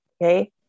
okay